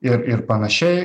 ir ir panašiai